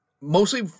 mostly